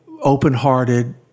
open-hearted